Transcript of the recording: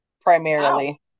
primarily